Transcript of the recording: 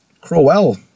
Crowell